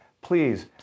please